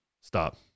Stop